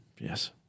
yes